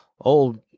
old